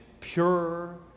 pure